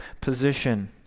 position